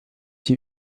die